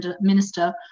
minister